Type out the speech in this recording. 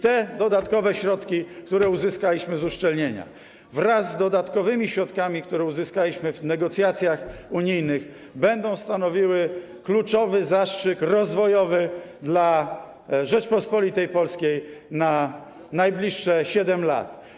Te dodatkowe środki, które uzyskaliśmy z uszczelnienia, wraz z dodatkowymi środkami, które uzyskaliśmy w negocjacjach unijnych, będą stanowiły kluczowy zastrzyk rozwojowy dla Rzeczypospolitej Polskiej na najbliższe 7 lat.